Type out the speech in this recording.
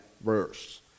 verse